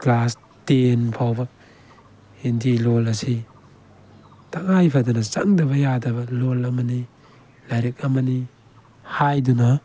class ten ꯐꯥꯎꯕ ꯍꯤꯟꯗꯤ ꯂꯣꯜ ꯑꯁꯤ ꯇꯉꯥꯏ ꯐꯗꯅ ꯆꯪꯗꯕ ꯌꯥꯗꯕ ꯂꯣꯜ ꯑꯃꯅꯤ ꯂꯥꯏꯔꯤꯛ ꯑꯃꯅꯤ ꯍꯥꯏꯗꯨꯅ